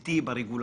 חזיתי ברגולטור?